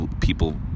people